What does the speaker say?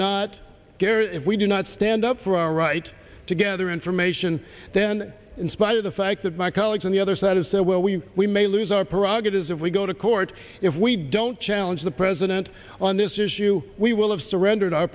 not care if we do not stand up for our right to gather information then in spite of the fact that my colleagues on the other side is so well we we may lose our prerogatives if we go to court if we don't challenge the president on this issue we will have surrendered our